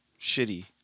shitty